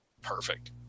perfect